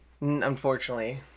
unfortunately